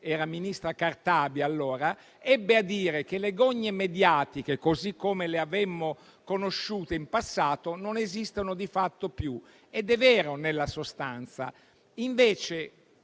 c'era ministra Cartabia - ebbe a dire che le gogne mediatiche, così come le avevamo conosciute in passato, non sarebbero di fatto più esistite. Ed è vero nella sostanza; invece,